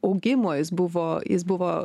augimo jis buvo jis buvo